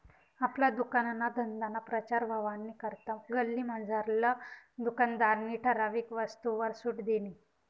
आपला दुकानना धंदाना प्रचार व्हवानी करता गल्लीमझारला दुकानदारनी ठराविक वस्तूसवर सुट दिनी